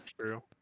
true